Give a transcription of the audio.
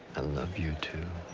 love you, too.